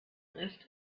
ist